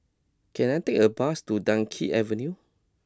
can I take a bus to Dunkirk Avenue